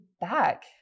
back